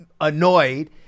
annoyed